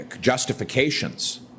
justifications